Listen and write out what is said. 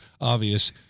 obvious